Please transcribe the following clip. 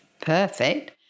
perfect